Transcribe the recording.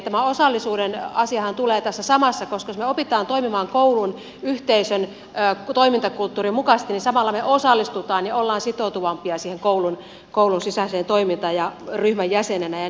tämä osallisuuden asiahan tulee tässä samassa koska jos me opimme toimimaan koulun yhteisön toimintakulttuurin mukaisesti niin samalla me osallistumme ja olemme sitoutuvampia siihen koulun sisäiseen toimintaan ryhmän jäseninä ja niin edelleen